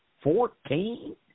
Fourteen